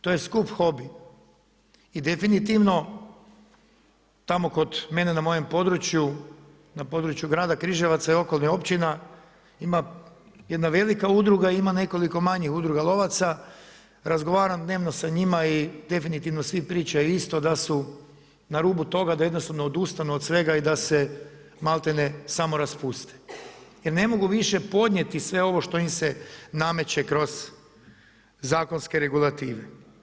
To je skup hobi i definitivno, tamo kod mene na mojem području, na području, na području grada Križevca i okolnih općina ima jedna velika udruga i ima nekoliko manjih udruga lovaca, razgovaram dnevno sa njima i definitivno svi pričaju isto da su na rubu toga, da jednostavno odustanu od svega i da se malte ne samo raspuste, jer ne mogu više podnijeti sve ovo što im se nameće kroz zakonske regulative.